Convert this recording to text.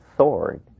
sword